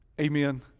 Amen